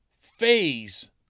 phase